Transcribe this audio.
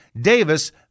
Davis